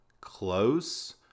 close